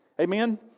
Amen